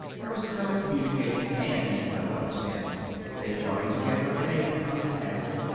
there is no communication and no understanding they join together in a common task,